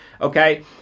okay